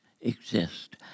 exist